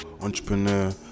entrepreneur